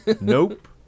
Nope